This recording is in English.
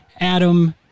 Adam